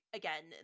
again